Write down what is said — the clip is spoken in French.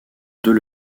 deux